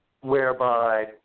whereby